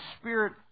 spirit